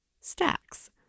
stacks